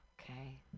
Okay